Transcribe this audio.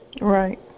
Right